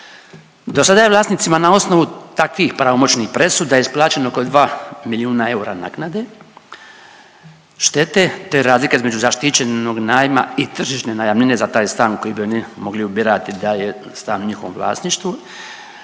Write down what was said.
Dosada je vlasnicima na osnovu takvih pravomoćnih presuda isplaćeno oko 2 milijuna eura naknade štete, te razlika između zaštićenog najma i tržišne najamnine za taj stan koji bi oni mogli ubirati da je stan u njihovom vlasništvu,